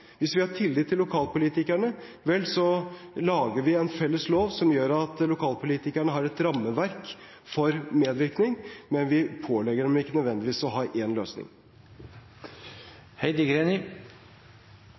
Hvis vi har tillit til lokalpolitikerne, lager vi en felles lov som gjør at lokalpolitikerne har et rammeverk for medvirkning, men vi pålegger dem ikke nødvendigvis å ha én løsning.